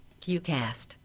Qcast